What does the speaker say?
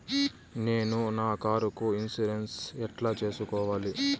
నేను నా కారుకు ఇన్సూరెన్సు ఎట్లా సేసుకోవాలి